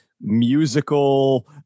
musical